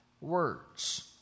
words